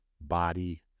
body